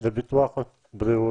זה ביטוח בריאות.